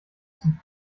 zum